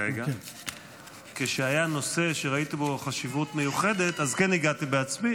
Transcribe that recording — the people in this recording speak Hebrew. זה קצת מפריע לי,